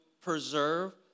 preserve